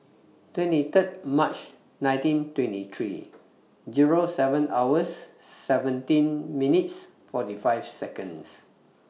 twenty Third March nineteen twenty three Zero seven hours seventeen minutes forty five Seconds